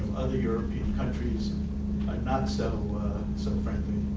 other european countries are not so so friendly